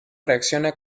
reacciona